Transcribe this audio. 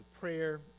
prayer